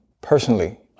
Personally